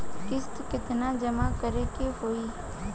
किस्त केतना जमा करे के होई?